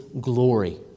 glory